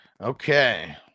Okay